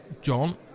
John